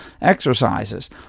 exercises